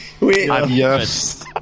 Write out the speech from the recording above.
yes